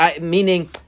meaning